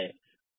सीमा क्या है